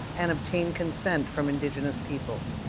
and obtain consent from indigenous peoples?